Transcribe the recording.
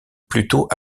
plutôt